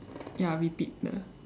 ya repeat the